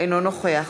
אינו נוכח